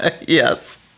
yes